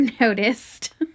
noticed